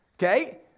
Okay